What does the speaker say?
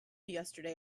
yesterday